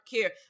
care